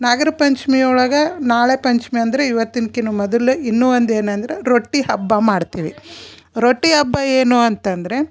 ನಾಗ್ರ ಪಂಚಮಿ ಒಳಗೆ ನಾಳೆ ಪಂಚಮಿ ಅಂದ್ರೆ ಇವತ್ತಿನ ಕಿನ್ ಮೊದಲು ಇನ್ನೂ ಒಂದು ಏನಂದ್ರೆ ರೊಟ್ಟಿ ಹಬ್ಬ ಮಾಡ್ತೀವಿ ರೊಟ್ಟಿ ಹಬ್ಬ ಏನು ಅಂತಂದರೆ